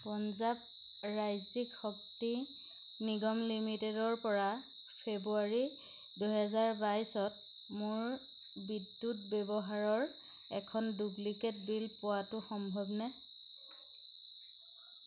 পঞ্জাৱ ৰাজ্যিক শক্তি নিগম লিমিটেডৰপৰা ফেব্ৰুৱাৰী দুহেজাৰ বাইছত মোৰ বিদ্যুৎ ব্যৱহাৰৰ এখন ডুপ্লিকেট বিল পোৱাটো সম্ভৱনে